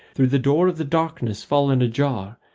through the door of the darkness fallen ajar,